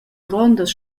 grondas